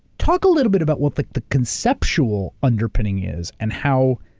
talk a little bit about what the the conceptual underpinning is and how